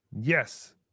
Yes